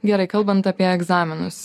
gerai kalbant apie egzaminus